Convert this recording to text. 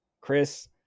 Chris